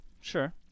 sure